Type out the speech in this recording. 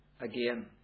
again